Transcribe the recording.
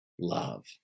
love